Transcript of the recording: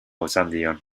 otxandion